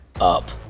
up